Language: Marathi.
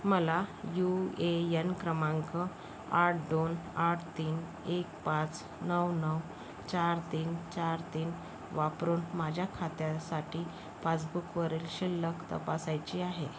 मला यू ए यन क्रमांक आठ दोन आठ तीन एक पाच नऊ नऊ चार तीन चार तीन वापरून माझ्या खात्यासाठी पासबुकवरील शिल्लक तपासायची आहे